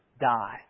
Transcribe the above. die